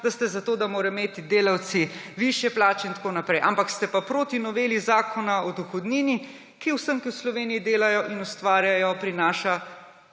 da ste za to, da morajo imeti delavci višje plače in tako naprej, ampak ste pa proti noveli Zakona o dohodnini, ki vsem, ki v Sloveniji delajo in ustvarjajo, prinaša